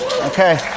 Okay